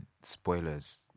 spoilers